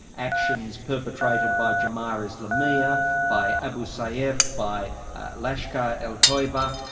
actions perpetrated by jamar islamiyah by abu sayyaf by lashkar-e-taiba.